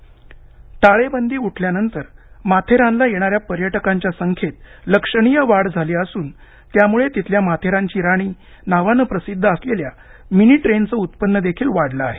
माथेरान पर्यटन वाढ टाळेबंदी उठल्यानंतर माथेरानला येणाऱ्या पर्यटकांच्या संख्येत लक्षणीय वाढ झाली असून त्यामुळे तिथल्या माथेरानची राणी नावानं प्रसिद्ध असलेल्या मिनी ट्रेनचं उत्पन्नदेखील वाढलं आहे